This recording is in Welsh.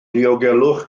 diogelwch